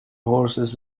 horses